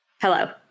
Hello